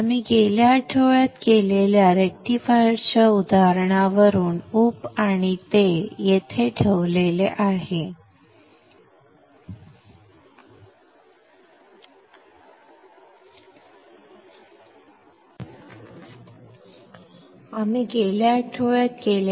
आपण गेल्या आठवड्यात केलेल्या रेक्टिफायरच्या उदाहरणावरून उप आणि ते येथे ठेवले